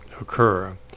occur